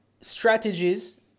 strategies